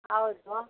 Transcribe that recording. ಹೌದು